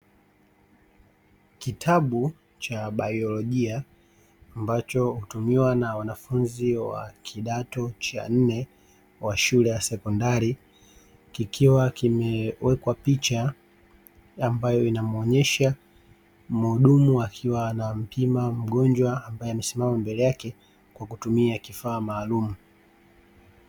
Kitabu cha baiolojia ambacho hutumiwa na wanafunzi wa kidato cha nne wa shule ya sekondari, kikiwa kimewekwa picha ambayo inamuonyesha mhudumu akiwa anampima mgonjwa ambaye amesimama mbele yake kwa kutumia kifaa maalumu.